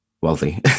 wealthy